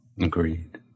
Agreed